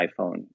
iPhone